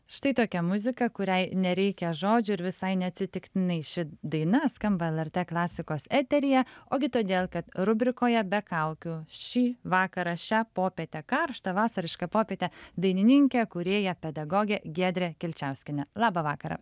štai tokia muzika kuriai nereikia žodžių ir visai neatsitiktinai ši daina skamba lrt klasikos eteryje ogi todėl kad rubrikoje be kaukių šį vakarą šią popietę karštą vasarišką popietę dainininkė kūrėja pedagogė giedrė kilčiauskienė laba vakarą